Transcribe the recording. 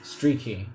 Streaky